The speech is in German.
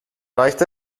reicht